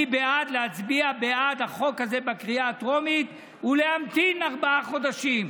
אני בעד להצביע בעד החוק הזה בקריאה הטרומית ולהמתין ארבעה חודשים.